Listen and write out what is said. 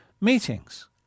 meetings